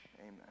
Amen